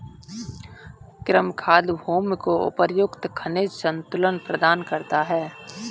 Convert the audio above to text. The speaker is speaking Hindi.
कृमि खाद भूमि को उपयुक्त खनिज संतुलन प्रदान करता है